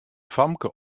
famke